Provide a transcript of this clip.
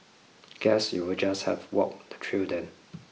guess you'll just have walk the trail then